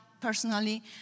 personally